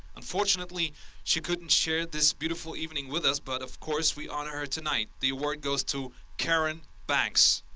unfortunately she couldn't share this beautiful evening with us but, of course, we honor her tonight. the award goes to karen banks.